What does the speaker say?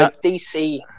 DC